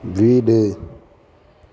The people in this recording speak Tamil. வீடு